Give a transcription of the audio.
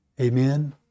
Amen